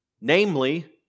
Namely